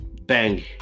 bang